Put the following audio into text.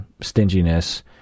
stinginess